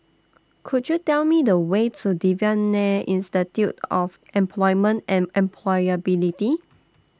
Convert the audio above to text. Could YOU Tell Me The Way to Devan Nair Institute of Employment and Employability